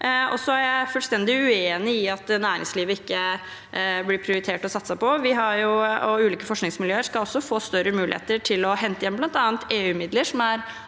uenig i at næringslivet ikke blir prioritert og satset på. Ulike forskningsmiljøer skal også få større muligheter til å hente hjem bl.a. EU-midler.